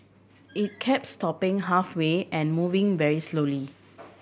it kept stopping halfway and moving very slowly